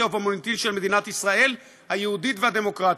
ובמוניטין של מדינת ישראל היהודית והדמוקרטית.